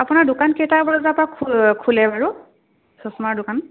আপোনাৰ দোকান কেইটা বজাৰপৰা খোলে বাৰু চশমাৰ দোকান